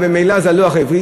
ממילא זה הלוח העברי.